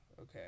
Okay